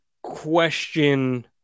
question